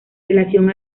relación